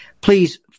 Please